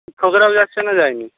শিক্ষকরাও যাচ্ছে না যায়নি